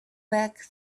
back